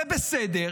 זה בסדר,